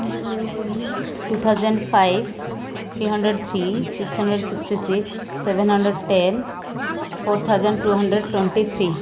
two thousand five three hundred three six hundred sixty six seven hundred ten four thousand two hundred twenty three